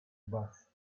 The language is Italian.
bassi